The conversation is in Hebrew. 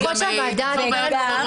עדיין זה משהו אחר